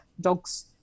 dogs